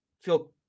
feel